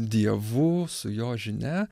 dievu su jo žinia